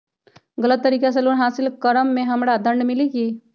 गलत तरीका से लोन हासिल कर्म मे हमरा दंड मिली कि?